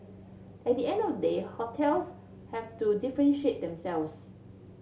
at the end of the day hotels have to differentiate themselves